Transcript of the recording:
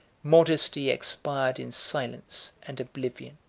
modestly expired in silence and oblivion.